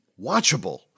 watchable